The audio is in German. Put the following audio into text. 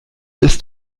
ist